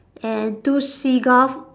and two seagull